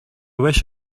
wish